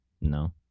no